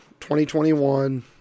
2021